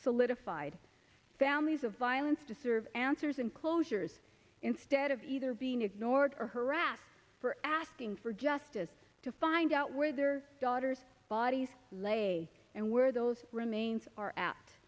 solidified families of violence to serve answers and closures instead of either being ignored or harassed for asking for justice to find out where their daughter's bodies lay and where those remains are a